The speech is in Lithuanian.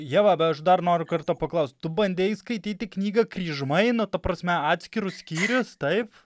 ieva aš dar noriu kartą paklaust tu bandei skaityti knygą kryžmai na ta prasme atskirus skyrius taip